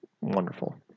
wonderful